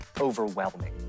overwhelming